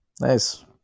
Nice